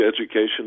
education